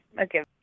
Okay